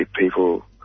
people